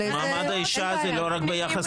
הוועדה למעמד האישה היא לא רק ביחס